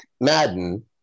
Madden